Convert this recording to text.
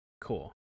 Cool